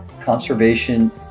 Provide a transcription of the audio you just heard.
Conservation